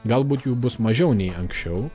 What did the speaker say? galbūt jų bus mažiau nei anksčiau